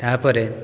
ତା ପରେ